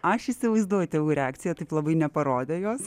aš įsivaizduoju tėvų reakciją taip labai neparodė jos